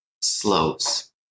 slows